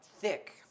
thick